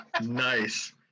Nice